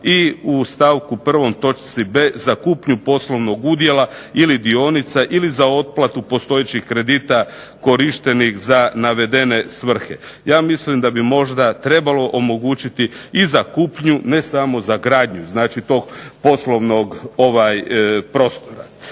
i u stavku 1. točci 5. za kupnju poslovnog udjela ili dionica ili za otplatu postojećih kredita korištenih za navedene svrhe. Ja mislim da bi možda trebalo omogućiti i za kupnju, ne samo za gradnju tog poslovnog prostora.